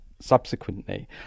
subsequently